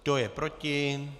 Kdo je proti?